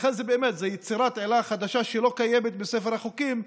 ולכן זאת באמת יצירת עילה חדשה שלא קיימת בספר החוקים,